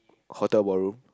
hotel ballroom